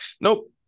Nope